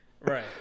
right